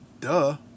Duh